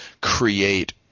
create